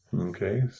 Okay